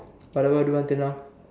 whatever I do until now